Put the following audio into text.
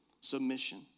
submission